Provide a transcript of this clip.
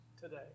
today